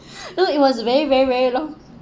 you know it was very very very long